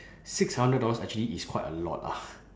six hundred dollars actually is quite a lot ah